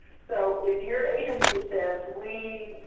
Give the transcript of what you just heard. so if your agency says, we